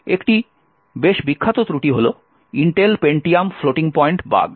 একটি বেশ বিখ্যাত ত্রুটি হল Intel Pentium floating point bug